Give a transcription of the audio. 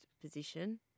position